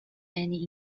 any